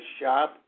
shop